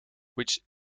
which